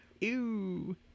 Ew